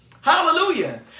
Hallelujah